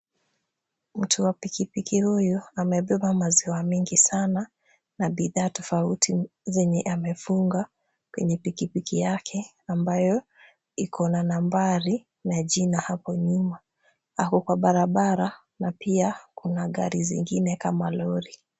Mtu wa piki piki huyu amebeba maziwa mingi sana na bidhaa tofauti zenye amefunga kwenye piki piki yake, ambayo iko na nambari na jina hapo nyuma. Ako kwa barabara na pia kuna gari zingiine kama lori.